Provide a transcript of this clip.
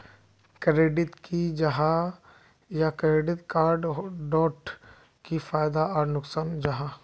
Credit की जाहा या क्रेडिट कार्ड डोट की फायदा आर नुकसान जाहा?